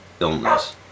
illness